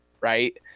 right